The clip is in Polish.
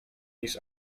niż